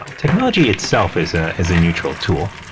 ah technology itself is a, is a neutral tool.